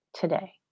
today